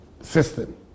system